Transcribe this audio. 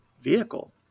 vehicle